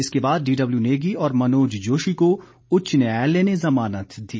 इसके बाद डीडब्लयू नेगी और मनोज जोशी को उच्च न्यायालय ने जुमानत दी